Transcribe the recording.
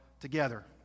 together